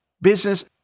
business